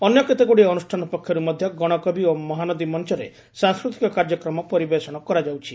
ଅନ୍ୟ କେତେଗୁଡ଼ିଏ ଅନୁଷ୍ଠାନ ପକ୍ଷର୍ଠ ମଧ୍ଧ ଗଶକବି ଓ ମହାନଦୀ ମଞରେ ସାଂସ୍କୃତିକ କାର୍ଯ୍ୟକ୍ରମ ପରିବେଷଣ କରାଯାଉଛି